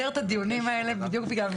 לגבי הסיפור של "חיילות בלוע הארי", כפי שאמרת